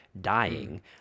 dying